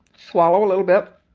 swallow a little bit,